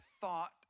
thought